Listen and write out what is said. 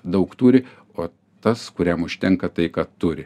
daug turi o tas kuriam užtenka tai ką turi